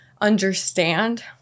understand